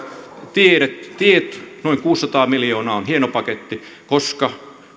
tiet noin kuusisataa miljoonaa on hieno paketti koska